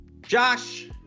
Josh